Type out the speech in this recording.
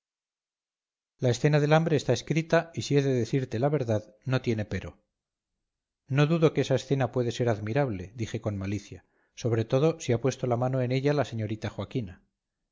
la escena del hambre está escrita y si he de decirte la verdad no tiene pero no dudo que esa escena puede ser admirable dije con malicia sobre todo si ha puesto la mano en ella la señorita joaquina